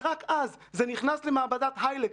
ורק אז זה נכנס למעבדת איילקס,